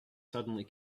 suddenly